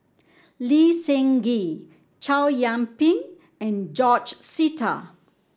Lee Seng Gee Chow Yian Ping and George Sita